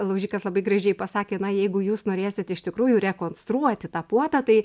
laužikas labai gražiai pasakė na jeigu jūs norėsit iš tikrųjų rekonstruoti tą puotą tai